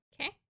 Okay